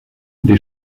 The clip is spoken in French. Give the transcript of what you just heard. les